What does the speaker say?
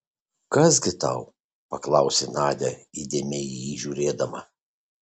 kas gi tau paklausė nadia įdėmiai į jį žiūrėdama